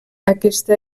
aquesta